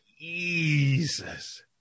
Jesus